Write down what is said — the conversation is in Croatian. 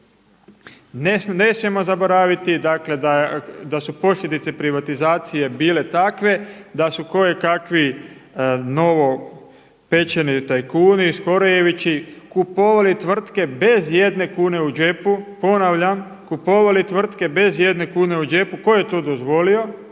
Ne smijemo zaboraviti da su posljedice privatizacije bile takve da su kojekakvi novopečeni tajkuni skorojevići kupovali tvrtke bez jedne kune u džepu, ponavljam, kupovali tvrtke bez jedne kune u džepu, tko je to dozvolio,